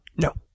No